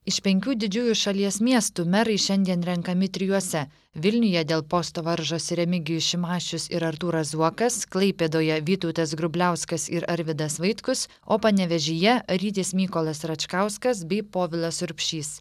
iš penkių didžiųjų šalies miestų merai šiandien renkami trijuose vilniuje dėl posto varžosi remigijus šimašius ir artūras zuokas klaipėdoje vytautas grubliauskas ir arvydas vaitkus o panevėžyje rytis mykolas račkauskas bei povilas urbšys